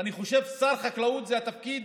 ואני חושב ששר החקלאות זה התפקיד